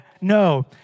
No